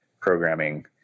programming